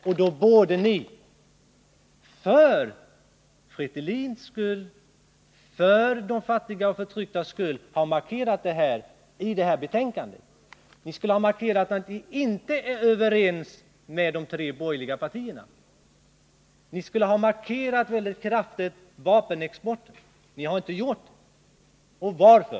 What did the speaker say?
I så fall borde ni — för Fretilins skull, för de fattigas och förtrycktas skull — i det här betänkandet ha markerat att ni inte är överens med de tre borgerliga partierna. Ni borde också ha markerat er ståndpunkt när det gäller vapenexporten. Det har ni inte gjort. Varför?